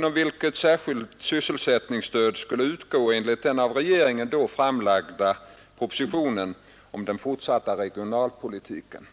nom vilket särskilt sysselsättningsstöd skulle utgå enligt den av iegevisgen framlagda propositionen om den fortsatta regionalpolitiken.